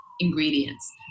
ingredients